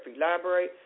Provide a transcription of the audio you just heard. library